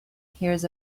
hears